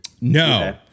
No